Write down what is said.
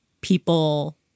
people